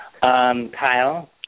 Kyle